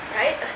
right